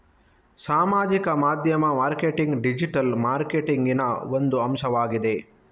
ಸಾಮಾಜಿಕ ಮಾಧ್ಯಮ marketing digital ಮಾರ್ಕೆಟಿಂಗಿನ ಒಂದು ಅಂಶವಾಗಿದೆ